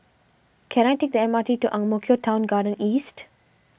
can I take the M R T to Ang Mo Kio Town Garden East